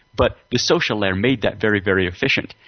but the social layer made that very, very efficient.